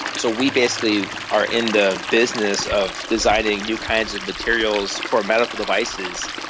so we basically are in the business of designing new kinds of materials for medical devices,